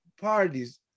parties